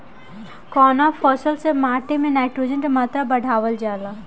कवना फसल से माटी में नाइट्रोजन के मात्रा बढ़ावल जाला?